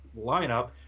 lineup